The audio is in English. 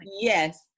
yes